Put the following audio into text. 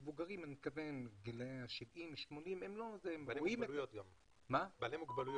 מבוגרים, גילי 80-70. גם בעלי מוגבלויות.